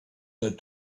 that